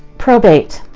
probate,